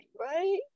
right